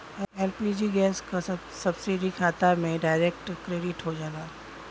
LPG gas क subsidy खाता में डायरेक्ट क्रेडिट हो जाला